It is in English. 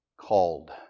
called